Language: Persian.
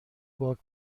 باک